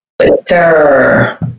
Twitter